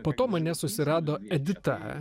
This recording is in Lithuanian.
po to mane susirado edita